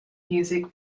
music